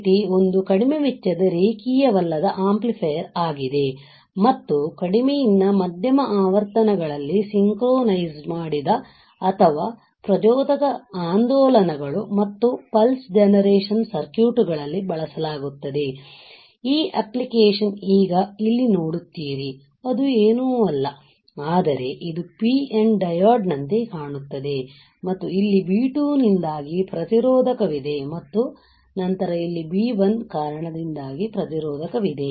UJT ಒಂದು ಕಡಿಮೆ ವೆಚ್ಚದ ರೇಖೀಯವಲ್ಲದ ಆಂಪ್ಲಿಫೈಯರ್ ಆಗಿದೆ ಮತ್ತು ಕಡಿಮೆ ಯಿಂದ ಮಧ್ಯಮ ಆವರ್ತನಗಳಲ್ಲಿ ಸಿಂಕ್ರೊನೈಸ್ಮಾಡಿದ ಅಥವಾ ಪ್ರಚೋದಕ ಆಂದೋಲಗಳು ಮತ್ತು ಪಲ್ಸ್ ಜನರೇಷನ್ ಸರ್ಕ್ಯೂಟ್ ಗಳಲ್ಲಿ ಬಳಸಲಾಗುತ್ತದೆ ಈ ಅಪ್ಲಿಕೇಶನ್ ಈಗ ಇಲ್ಲಿ ನೋಡುತ್ತೀರಿ ಅದು ಏನೂ ಅಲ್ಲ ಆದರೆ ಇದು PN ಡಯೋಡ್ ನಂತೆ ಕಾಣುತ್ತದೆ ಮತ್ತು ಇಲ್ಲಿ B2 ನಿಂದಾಗಿ ಪ್ರತಿರೋಧಕ ವಿದೆ ಮತ್ತು ನಂತರ ಇಲ್ಲಿ B1 ಕಾರಣದಿಂದಾಗಿ ಪ್ರತಿರೋಧಕವಿದೆ